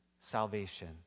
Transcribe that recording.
salvation